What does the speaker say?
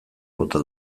bota